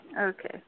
Okay